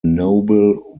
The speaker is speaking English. noble